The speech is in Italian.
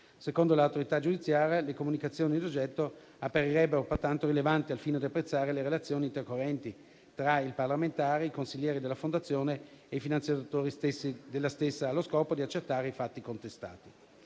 Secondo l'autorità giudiziaria, le comunicazioni in oggetto apparirebbero pertanto rilevanti al fine di apprezzare le relazioni intercorrenti tra il parlamentare, i consiglieri della Fondazione e i finanziatori stessi della stessa, allo scopo di accertare i fatti contestati.